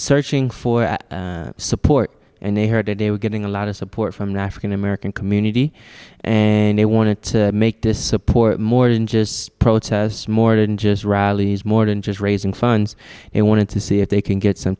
searching for support and they heard today we're getting a lot of support from the african american community and they wanted to make this support more than just protests more didn't just rallies more than just raising funds they wanted to see if they can get some